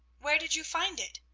where did you find it?